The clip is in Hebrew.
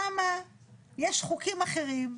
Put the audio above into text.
שם יש חוקים אחרים,